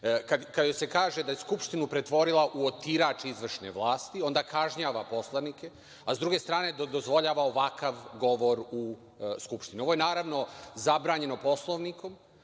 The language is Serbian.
Kada se kaže da je Skupštinu pretvorila u otirač izvršne vlasti, onda kažnjava poslanike, a s druge strane dozvoljava ovakav govor u Skupštini. Ovo je naravno zabranjeno Poslovnikom,